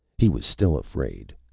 he was still afraid.